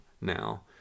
now